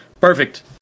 Perfect